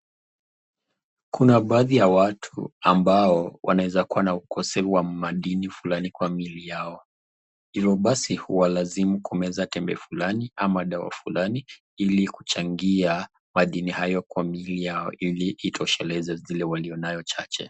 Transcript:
Kuna baadhi ya watu ambao wanaeza kuwa na ukosefu wa madini fulani kwa miili yao. Hivyo basi huwalazimu kumeza tembe fulani ama dawa fulani ili kuchangia madini hayo kwa miili yao ili itosheleze zile walionayo chache.